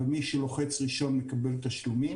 ומי שלוחץ ראשון מקבל תשלומים.